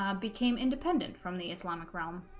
um became independent from the islamic realm